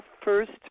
first